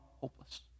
hopeless